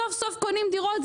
סוף-סוף קונים דירות,